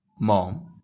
Mom